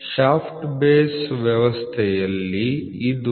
shaft base ವ್ಯವಸ್ಥೆಯಲ್ಲಿ ಇದು 39